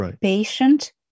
Patient